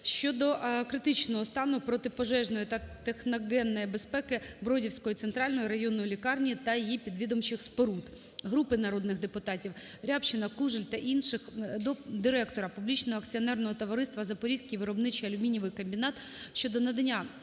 щодо критичного стану протипожежної та техногенної безпеки Бродівської центральної районної лікарні та її підвідомчих споруд. Групи народних депутатів (Рябчина, Кужель та інших) до директора Публічного акціонерного товариства "Запорізький виробничий алюмінієвий комбінат" щодо надання